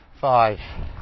Five